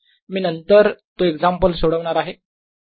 मी नंतर तो एक्झाम्पल सोडवणार आहे